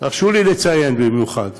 הרשו לי לציין במיוחד